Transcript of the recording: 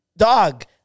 Dog